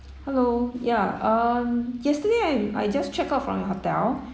hello ya um yesterday I I just checked out from your hotel